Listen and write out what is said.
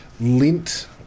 lint